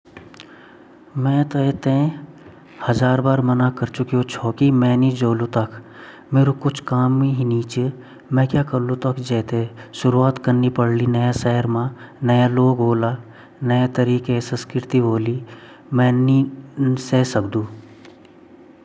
मि तुमते भोत बार मना कर चुकियु तुम मेरा घर न आवा तुम मेरा घर बार-बार आली ता भई लवोग मेते बदनाम कराला की तुमा आपस मा क्वे चकर ता नी ची तू भी बदनाम वेली अर मि भी बदनाम वोलु अर हमा गाऊँ भी बदनाम वोलु हमा शहर भी बदनाम वोलु ता ये वेल तू अपरा घर रो अर मि अपरा घर रोलु मिन भोत बार ब्वोलियाल तवेते।